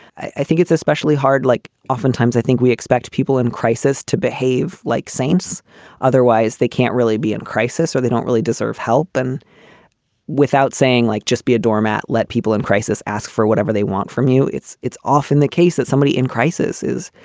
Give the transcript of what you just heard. i think it's especially hard. like oftentimes i think we expect people in crisis to behave like saints otherwise they can't really be in crisis or they don't really deserve help. and without saying like just be a doormat, let people in crisis ask for whatever they want from you. it's it's often the case that somebody in crisis is